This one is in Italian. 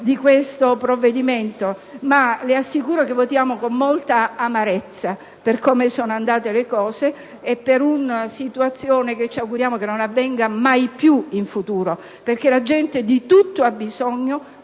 di questo provvedimento, ma le assicuro che votiamo con molta amarezza per come sono andate le cose e per una situazione che ci auguriamo non si ripeta mai più in futuro, perché la gente di tutto ha bisogno